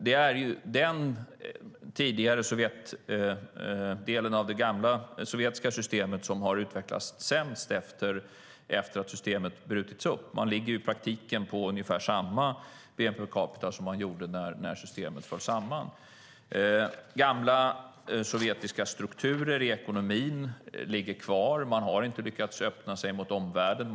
Det är den tidigare sovjetdelen av det gamla sovjetiska systemet som har utvecklats sämst efter det att systemet bröts upp. Man ligger i praktiken på ungefär samma bnp per capita som man gjorde när systemet föll samman. Gamla sovjetiska strukturer i ekonomin ligger kvar. Man har inte lyckats öppna sig mot omvärlden.